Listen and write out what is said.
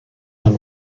and